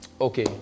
Okay